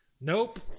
nope